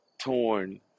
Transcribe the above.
torn